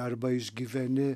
arba išgyveni